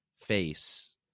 face